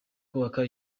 kubaka